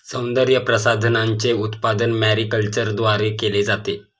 सौंदर्यप्रसाधनांचे उत्पादन मॅरीकल्चरद्वारे केले जाते